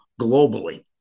globally